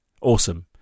awesome